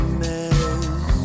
mess